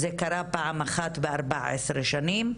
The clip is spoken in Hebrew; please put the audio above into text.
זה קרה פעם אחת ב-14 שנים.